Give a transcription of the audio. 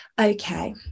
okay